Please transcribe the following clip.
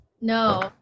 No